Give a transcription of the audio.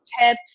tips